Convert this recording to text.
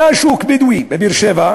היה שוק בדואי בבאר-שבע,